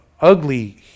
ugly